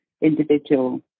individual